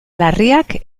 larriak